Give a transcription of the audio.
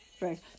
right